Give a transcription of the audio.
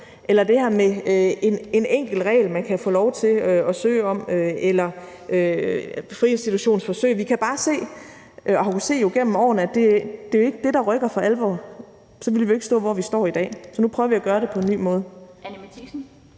eller det her med en enkelt regel, man kan få lov til at søge om, altså friinstitutionsforsøg, kan vi bare se – og det har vi jo kunnet se igennem årene – at det jo ikke er det, der rykker for alvor. Så ville vi jo ikke stå, hvor vi står i dag. Så nu prøver vi at gøre det på en ny måde.